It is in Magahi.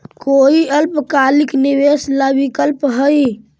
कोई अल्पकालिक निवेश ला विकल्प हई?